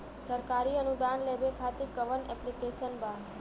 सरकारी अनुदान लेबे खातिर कवन ऐप्लिकेशन बा?